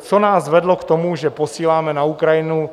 Co nás vedlo k tomu, že posíláme na Ukrajinu